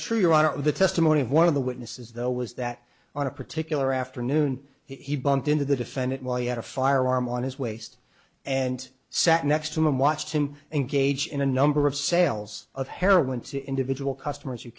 true on the testimony of one of the witnesses though was that on a particular afternoon he bumped into the defendant while you had a firearm on his waist and sat next to him and watched him engage in a number of sales of heroin to individual customers you